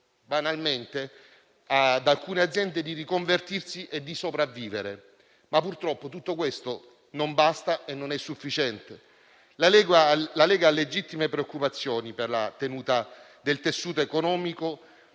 banalmente ad alcune aziende di riconvertirsi e di sopravvivere, ma purtroppo tutto questo non basta e non è sufficiente. La Lega ha legittime preoccupazioni per la tenuta del tessuto economico